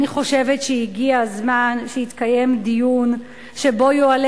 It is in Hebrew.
אני חושבת שהגיע הזמן שיתקיים דיון שבו יועלה